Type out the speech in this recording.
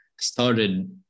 started